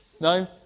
No